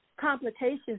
complications